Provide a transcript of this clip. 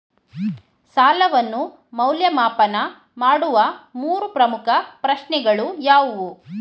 ಸಾಲವನ್ನು ಮೌಲ್ಯಮಾಪನ ಮಾಡುವ ಮೂರು ಪ್ರಮುಖ ಪ್ರಶ್ನೆಗಳು ಯಾವುವು?